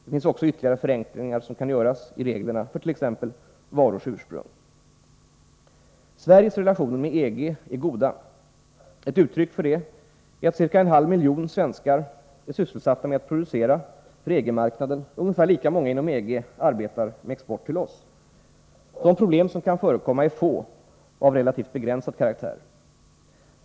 Det finns också ytterligare förenklingar som kan göras i reglerna för t.ex. varors ursprung. Sveriges relationer med EG är goda. Ett uttryck för detta är att ca en halv miljon svenskar är sysselsatta med att producera för EG-marknaden, och ungefär lika många inom EG arbetar med export till oss. De problem som kan förekomma är få och av relativt begränsad karaktär.